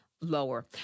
lower